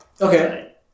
Okay